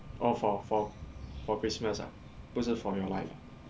orh for for for christmas ah 不是 for your life ah